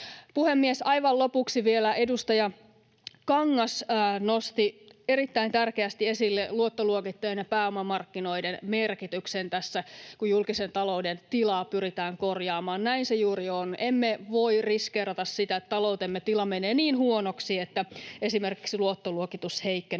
Puhemies! Aivan lopuksi vielä: Edustaja Kangas nosti erittäin tärkeästi esille luottoluokittajien ja pääomamarkkinoiden merkityksen tässä, kun julkisen talouden tilaa pyritään korjaamaan. Näin se juuri on. Emme voi riskeerata sitä, että taloutemme tila menee niin huonoksi, että esimerkiksi luottoluokitus heikkenee.